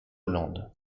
hollande